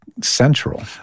Central